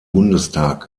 bundestag